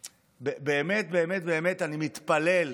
באמת באמת באמת אני מתפלל,